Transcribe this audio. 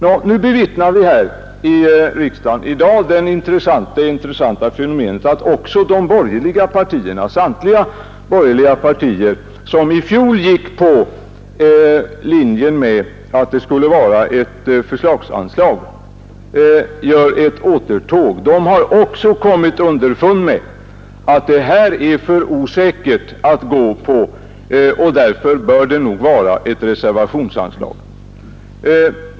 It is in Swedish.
I dag bevittnar vi här i riksdagen det intressanta fenomenet att också samtliga de borgerliga partierna, som i fjol gick på linjen att detta anslag skulle vara ett förslagsanslag, gör ett återtåg. De har också kommit underfund med att detta är för osäkert, och därför bör det nog vara ett reservationsanslag.